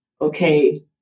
Okay